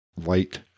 light